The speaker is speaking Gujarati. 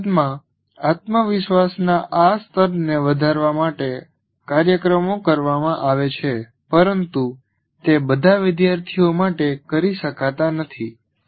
હકીકતમાં આત્મવિશ્વાસના આ સ્તરને વધારવા માટે કાર્યક્રમો કરવામાં આવે છે પરંતુ તે બધા વિદ્યાર્થીઓ માટે કરી શકાતા નથી